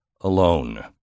alone